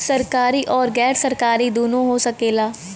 सरकारी आउर गैर सरकारी दुन्नो हो सकेला